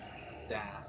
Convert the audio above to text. Staff